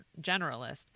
generalist